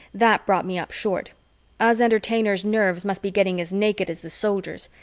that brought me up short us entertainers' nerves must be getting as naked as the soldiers',